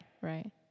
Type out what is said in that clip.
right